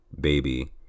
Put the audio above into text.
baby